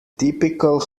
typical